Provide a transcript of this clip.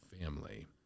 family